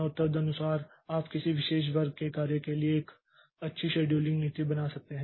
और तदनुसार आप किसी विशेष वर्ग के कार्य के लिए एक अच्छी शेड्यूलिंग नीति बना सकते हैं